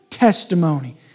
testimony